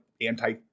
anti